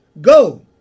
Go